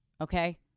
Okay